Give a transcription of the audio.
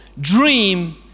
dream